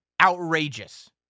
outrageous